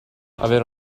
avere